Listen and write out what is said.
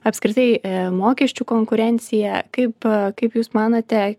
apskritai mokesčių konkurenciją kaip kaip jūs manote